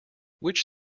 which